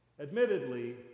Admittedly